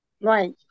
right